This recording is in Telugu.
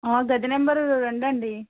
ఆ గది నంబర్ రెండు అండి